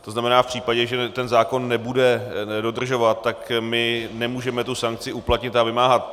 To znamená, v případě, že ten zákon nebude dodržovat, tak my nemůžeme tu sankci uplatnit a vymáhat.